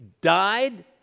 died